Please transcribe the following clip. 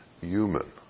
human